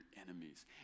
enemies